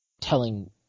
telling